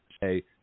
say